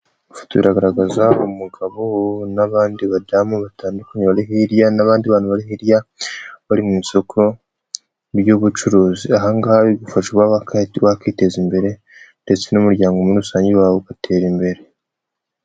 Ifoto iragaragaza umugabo n'abandi badamu batandukanye, n'abandi bantu bari hirya, bari mu isoko ry'ubucuruzi. Ahangaha bibafasha kuba bakiteza imbere ndetse n'umuryango wabo muri rusange ugatera imbere.